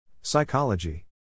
Psychology